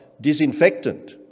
disinfectant